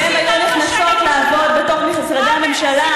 שהן היו נכנסות לעבוד בתוך משרדי הממשלה,